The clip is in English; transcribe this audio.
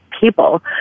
people